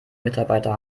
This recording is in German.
mitarbeiter